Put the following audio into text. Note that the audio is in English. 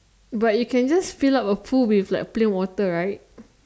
but you can just fill up a pool with like plain water right